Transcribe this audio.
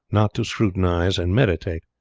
not to scrutinize and meditate.